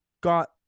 got